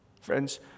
Friends